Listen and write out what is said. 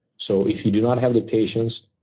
so if you do not have the patience,